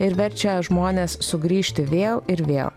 ir verčia žmones sugrįžti vėl ir vėl